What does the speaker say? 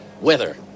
weather